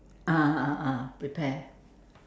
ah ah ah prepare